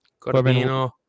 Corbino